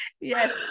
Yes